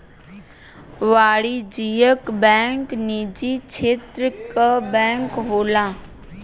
वाणिज्यिक बैंक निजी क्षेत्र क बैंक होला